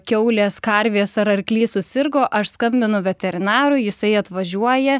kiaulės karvės ar arklys susirgo aš skambinu veterinarui jisai atvažiuoja